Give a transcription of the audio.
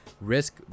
risk